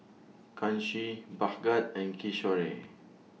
Kanshi Bhagat and Kishore